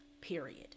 period